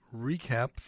recap